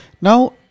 Now